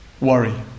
Worry